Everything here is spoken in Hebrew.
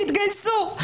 תתגייסו.